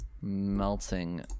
melting